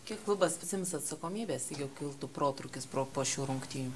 kiek klubas prisiims atsakomybės jei kiltų protrūkis pro po šių rungtynių